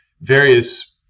various